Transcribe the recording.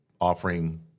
offering